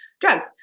drugs